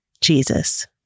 Jesus